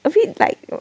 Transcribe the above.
a bit like err